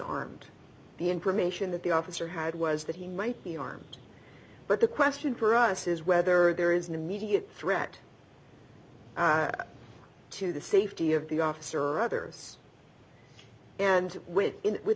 armed the information that the officer had was that he might be armed but the question for us is whether there is an immediate threat to the safety of the officer or others and when in with